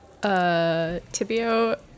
Tibio